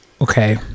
Okay